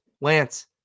Lance